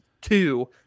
two